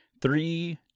three